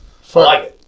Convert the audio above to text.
Fuck